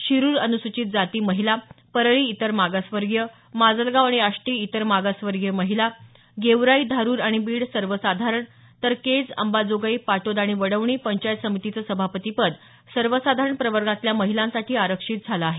शिरूर अनुसूचित जाती महिला परळी इतर मागासवर्गीय माजलगाव आणि आष्टी इतर मागासवर्गीय महिला गेवराई धारूर आणि बीड सर्वसाधारण तर केज अंबाजोगाई पाटोदा आणि वडवणी पंचायत समितीचं सभापती पद सर्वसाधारण प्रवर्गातला महिलांसाठी आरक्षित झालं आहे